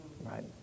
right